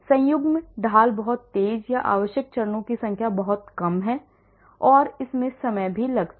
संयुग्म ढाल बहुत तेज है या आवश्यक चरणों की संख्या बहुत कम है और इसमें समय भी कम लगता है